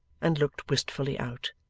and looked wistfully out.